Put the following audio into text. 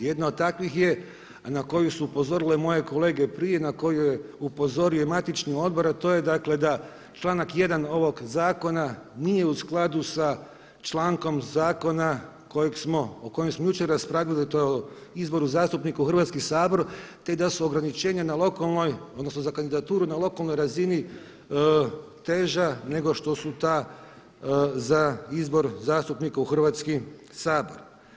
Jedna od takvih je, a na koju su upozorile moje kolege prije, na koju je upozorio i matični odbor, a to je da članak 1. ovog zakona nije u skladu sa člankom zakona o kojem smo jučer raspravljali, a to je o izboru zastupnika u Hrvatski sabor, te da su ograničenja na lokalnoj odnosno za kandidaturu na lokalnoj razini teža nego što su ta za izbor zastupnika u Hrvatski sabor.